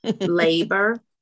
labor